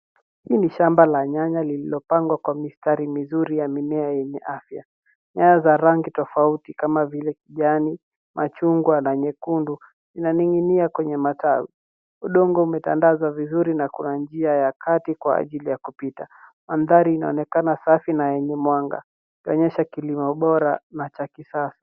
Hii ni shamba la nyanya lililopangwa kwa mistari mizuri ya mimea yenye afya. Nyanya za rangi tofauti, kama vile kijani, machungwa na nyekundu inaning'inia kwenye matawi. Udongo umetandazwa vizuri na kuna njia ya kati kwa ajili ya kupita. Mandhari inaonekana safi na yenye mwanga, ikionyesha kilimo bora na cha kisasa.